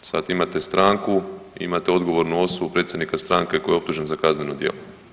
Sad imate stranku, imate odgovornu osobu, predsjednika stranke koji je optužen za kazneno djelo.